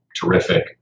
terrific